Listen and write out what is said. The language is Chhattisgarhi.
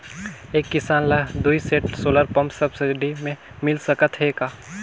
एक किसान ल दुई सेट सोलर पम्प सब्सिडी मे मिल सकत हे का?